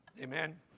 Amen